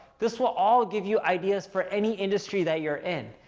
this will all give you ideas for any industry that you're in.